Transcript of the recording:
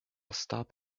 stop